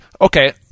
okay